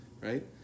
right